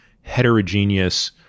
heterogeneous